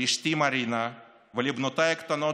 לאשתי מרינה ולבנותיי הקטנות,